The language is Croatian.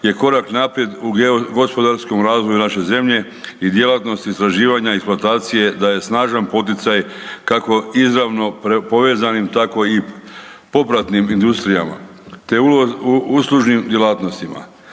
je korak naprijed u gospodarskom razvoju naše zemlje i djelatnosti istraživanja eksploatacije daje snažan poticaj kako izravno povezanim tako i popratnim industrijama te uslužnim djelatnostima.